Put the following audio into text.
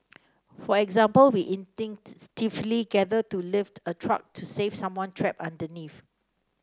for example we instinctively gather to lift a truck to save someone trapped underneath